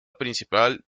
principal